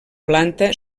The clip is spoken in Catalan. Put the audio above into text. planta